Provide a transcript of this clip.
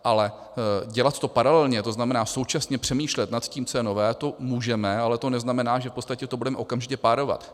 Ale dělat to paralelně, to znamená současně přemýšlet nad tím, co je nové, to můžeme, ale to neznamená, že v podstatě to budeme okamžitě párovat.